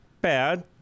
bad